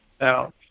Now